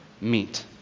meet